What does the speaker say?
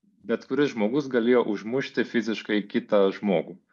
bet kuris žmogus galėjo užmušti fiziškai kitą žmogų